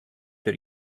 der